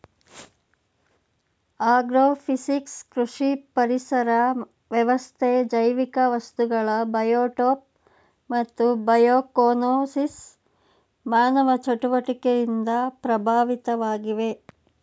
agrophysics ಕೃಷಿ ಪರಿಸರ ವ್ಯವಸ್ಥೆ ಜೈವಿಕ ವಸ್ತುಗಳು ಬಯೋಟೋಪ್ ಮತ್ತು ಬಯೋಕೋನೋಸಿಸ್ ಮಾನವ ಚಟುವಟಿಕೆಯಿಂದ ಪ್ರಭಾವಿತವಾಗಿವೆ